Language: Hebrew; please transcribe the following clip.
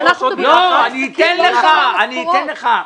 איליה,